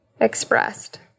expressed